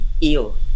ill